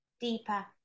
deeper